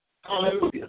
Hallelujah